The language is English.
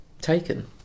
taken